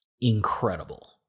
incredible